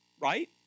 Right